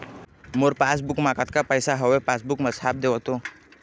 मोर passbook मा कतका पैसा हवे पासबुक मा छाप देव तो?